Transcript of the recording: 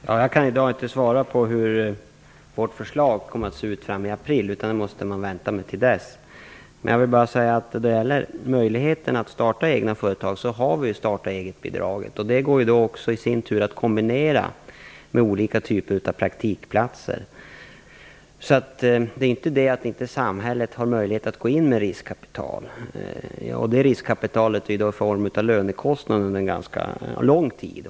Fru talman! Jag kan inte i dag svara på hur vårt förslag kommer att se ut i april. Det får man vänta med till dess. Jag vill dock bara säga att då det gäller möjligheten att starta egna företag så finns ju starta-egetbidraget. Det går att kombinera med olika typer av praktikplatser. Det är inte så att samhället inte har möjlighet att gå in med riskkapital. Det här är ett riskkapital i form av lönekostnader under ganska lång tid.